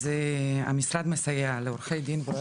אז המשרד מסייע לעורכי דין ולרואי